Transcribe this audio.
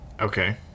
Okay